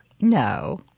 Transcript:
no